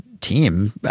team